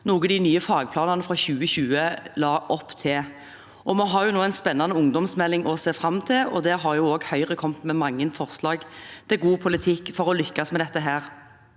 noe de nye fagplanene fra 2020 la opp til. Vi har nå en spennende ungdomsmelding å se fram til, og der har Høyre kommet med mange forslag til god politikk for å lykkes med dette.